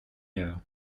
heure